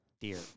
Dear